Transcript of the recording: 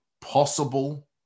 possible